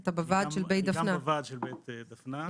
של בית דפנה.